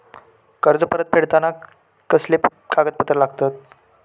कर्ज परत फेडताना कसले कागदपत्र लागतत?